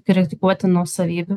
kritikuotinų savybių